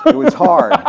but was hard.